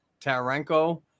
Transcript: Tarenko